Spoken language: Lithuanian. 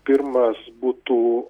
pirmas būtų